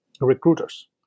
Recruiters